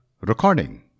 Recording